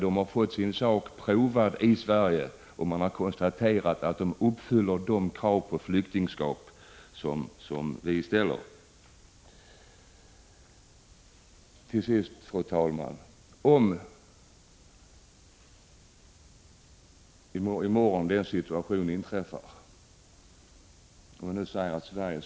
De har fått sin sak prövad i Sverige och man har konstaterat att de uppfyller de krav på flyktingskap som vi ställer. Fru talman! Vi säger ju att Sverige skall anpassa sig till internationella regler och uppgörelser.